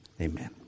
Amen